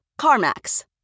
CarMax